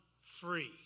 free